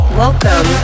welcome